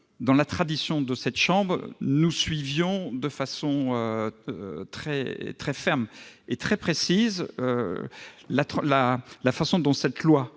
dans la tradition de cette assemblée, nous suivions de façon très ferme et très précisément la manière dont cette loi